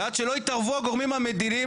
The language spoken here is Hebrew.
ועד שלא התערבו הגורמים המדיניים,